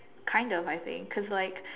kind of I think cause like